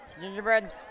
Gingerbread